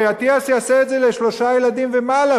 הרי אטיאס יעשה את זה לשלושה ילדים ומעלה,